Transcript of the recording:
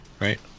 right